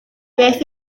beth